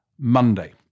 monday